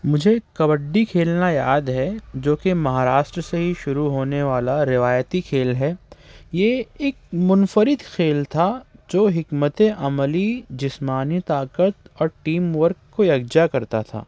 مجھے کبڈی کھیلنا یاد ہے جو کہ مہاراشٹر سے ہی شروع ہونے والا روایتی کھیل ہے یہ ایک منفرد کھیل تھا جو حکمت عملی جسمانی طاقت اور ٹیم ورک کو یکجا کرتا تھا